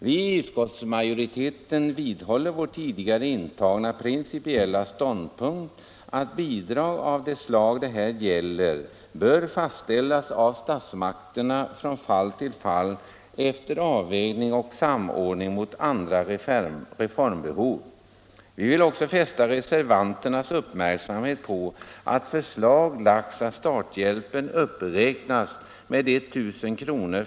Vi i utskottsmajoriteten vidhåller vår tidigare intagna principiella ståndpunkt att bidrag av det slag det här gäller bör fastställas av statmakterna från fall till fall efter samordning och avvägning mot andra reformbehov. Vi vill också fästa reservanternas uppmärksamhet på att förslag framlagts om att starthjälpen uppräknas med 1000 kr.